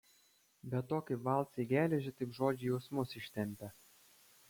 be to kaip valcai geležį taip žodžiai jausmus ištempia